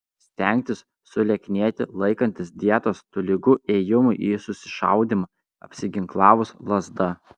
stengtis sulieknėti laikantis dietos tolygu ėjimui į susišaudymą apsiginklavus lazda